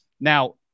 now